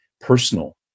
personal